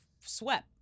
swept